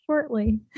Shortly